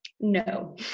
no